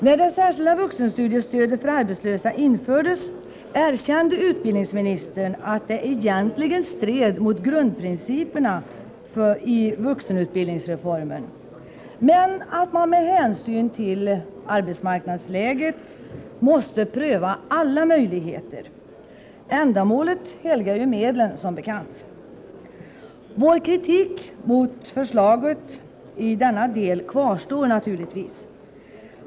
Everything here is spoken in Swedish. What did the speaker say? När det särskilda vuxenstudiestödet för arbetslösa infördes, erkände utbildningsministern att det egentligen stred mot grundprinciperna i vuxenutbildningsreformen men sade att man med hänsyn till arbetsmarknadsläget måste pröva alla möjligheter. Ändamålet helgar ju medlen, som bekant. Vår kritik mot förslaget i denna del kvarstår naturligtvis.